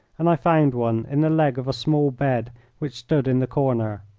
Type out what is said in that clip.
and i found one in the leg of a small bed which stood in the corner.